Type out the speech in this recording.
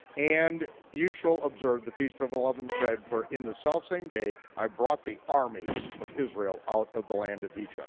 and you shall observe the feast of unleavened bread for in the selfsame day, i brought the armies of israel out of the land of egypt.